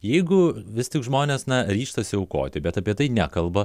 jeigu vis tik žmonės na ryžtasi aukoti bet apie tai nekalba